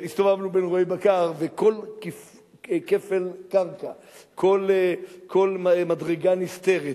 הסתובבנו בין רועי בקר וכל קפל קרקע וכל מדרגה נסתרת,